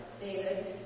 David